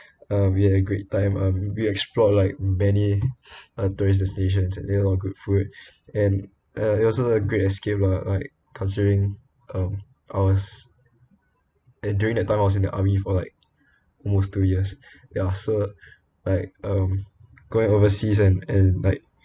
uh we had a great time um we explored like many uh tourist destinations and we ate a lot of good food and uh it was a great escape lah like considering um I was and during that time I was in the army for like almost two years ya so like um going overseas and and like